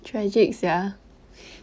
tragic sia